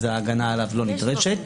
אז ההגנה עליו לא נדרשת.